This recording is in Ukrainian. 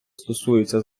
стосується